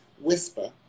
whisper